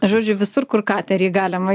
žodžiu visur kur katerį galima